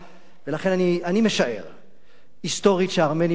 לכן אני משער, היסטורית, שהארמנים לא ישכחו